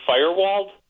firewalled